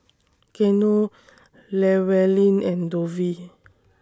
Geno Llewellyn and Dovie